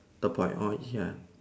the ya